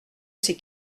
ces